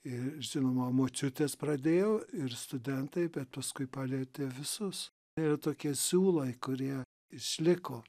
ir žinoma močiutės pradėjo ir studentai bet paskui palietė visus ir tokie siūlai kurie išliko